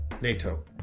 NATO